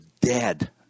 dead